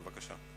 בבקשה.